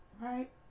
right